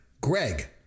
Greg